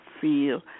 feel